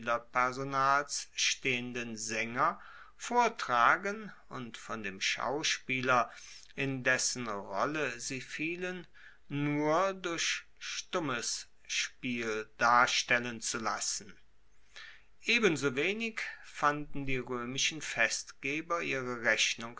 spielerpersonals stehenden saenger vortragen und von dem schauspieler in dessen rolle sie fielen nur durch stummes spiel darstellen zu lassen ebensowenig fanden die roemischen festgeber ihre rechnung